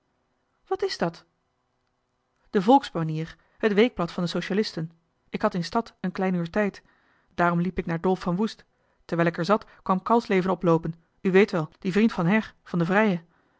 wat is dat de volksbanier het weekblad van de socialisten ik had in stad een klein uur tijd daarom liep ik naar dolf van woest terwijl ik er zat kwam kalfsleven oploopen u weet wel die vriend van her van de vrije